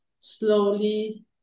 slowly